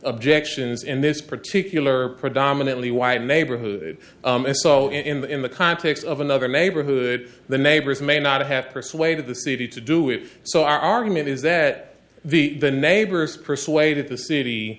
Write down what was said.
objections in this particular predominantly white neighborhood and so in the context of another neighborhood the neighbors may not have persuaded the city to do it so our argument is that the the neighbors persuaded the city